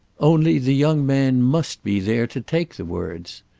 only the young man must be there to take the words.